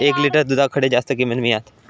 एक लिटर दूधाक खडे जास्त किंमत मिळात?